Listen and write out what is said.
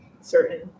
certain